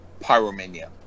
Pyromania